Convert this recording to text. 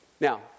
Now